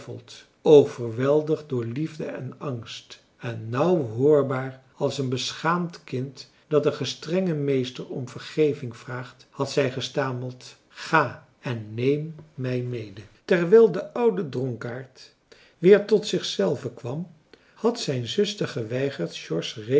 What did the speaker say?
overweldigd door liefde en angst en nauw hoorbaar als een beschaamd kind dat een gestrengen meester om vergeving vraagt had zij gestameld ga en neem mij mede terwijl de oude dronkaard weer tot zich zelven kwam had zijn zuster geweigerd george's